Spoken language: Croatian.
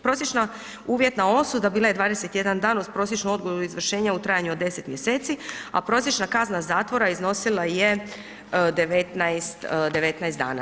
Prosječna uvjetna osuda bila je 21 dan uz prosječnu odgodu izvršenja u trajanju od 10 mjeseci, a prosječna kazna zatvora iznosila je 19 dana.